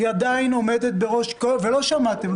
היא עדיין עומדת בראש ולא שמעתם,